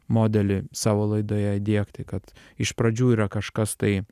modelį savo laidoje įdiegti kad iš pradžių yra kažkas tai